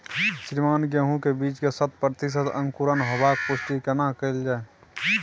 श्रीमान गेहूं के बीज के शत प्रतिसत अंकुरण होबाक पुष्टि केना कैल जाय?